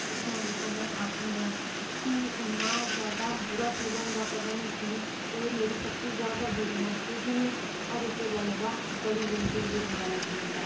कुछ ना कुछ उनेंगी आक्खू उड़ने आं ते फ्ही इन्ना ज्यादा बुरा फील हुंदा पता नी कि एह् मेरी सबतूं ज्यादा वीकनैस ऐ की मिगी हर इक गल्ल दा बड़ी जल्दी गै बुरा लग्गी जंदा